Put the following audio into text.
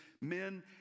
men